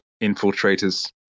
infiltrators